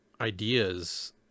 ideas